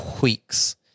weeks